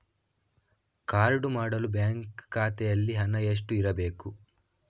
Card ಮಾಡಲು bank ಖಾತೆಯಲ್ಲಿ ಹಣ ಎಷ್ಟು ಇರಬೇಕು?